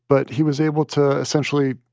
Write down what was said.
but he was able to, essentially,